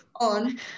on